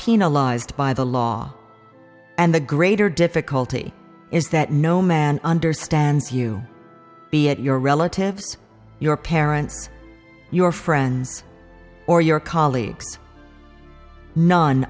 penalized by the law and the greater difficulty is that no man understands you be at your relatives your parents your friends or your colleagues none